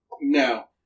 No